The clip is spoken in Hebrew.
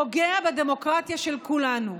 ופוגע בדמוקרטיה של כולנו.